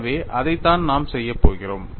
எனவே அதைத்தான் நாம் செய்யப் போகிறோம்